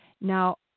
Now